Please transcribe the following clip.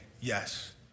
yes